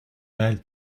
mal